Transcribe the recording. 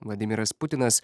vladimiras putinas